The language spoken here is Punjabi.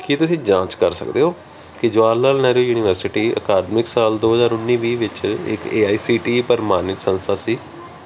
ਕੀ ਤੁਸੀਂ ਜਾਂਚ ਕਰ ਸਕਦੇ ਹੋ ਕਿ ਜਵਾਹਰ ਲਾਲ ਨਹਿਰੂ ਯੂਨੀਵਰਸਿਟੀ ਅਕਾਦਮਿਕ ਸਾਲ ਦੋ ਹਜ਼ਾਰ ਉੱਨੀ ਵੀਹ ਵਿੱਚ ਇੱਕ A I C T E ਪ੍ਰਵਾਨਿਤ ਸੰਸਥਾ ਸੀ